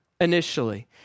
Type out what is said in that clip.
initially